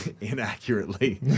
Inaccurately